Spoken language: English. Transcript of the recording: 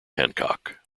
hancock